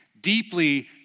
deeply